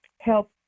help